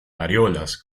areolas